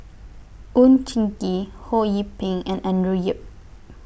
Oon Jin Gee Ho Yee Ping and Andrew Yip